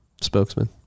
spokesman